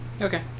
Okay